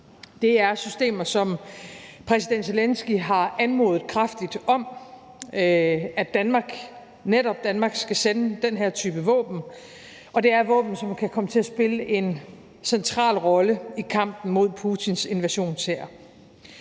Det er systemer og våben, som præsident Zelenskyj kraftigt har anmodet netop Danmark om at sende, og det er våben, som kan komme til at spille en central rolle i kampen mod Putins invasionshær.